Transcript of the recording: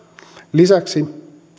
lisäksi